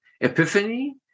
epiphany